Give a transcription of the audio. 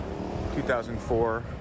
2004